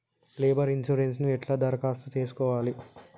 Labour insurance ఎట్ల దరఖాస్తు చేసుకోవాలే?